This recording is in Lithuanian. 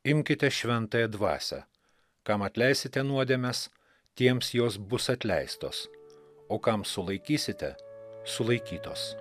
imkite šventąją dvasią kam atleisite nuodėmes tiems jos bus atleistos o kam sulaikysite sulaikytos